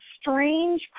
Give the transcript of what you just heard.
strange